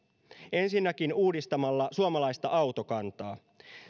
ensinnäkin uudistamalla suomalaista autokantaa